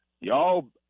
Y'all